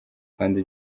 kandi